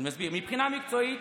מבחינה מקצועית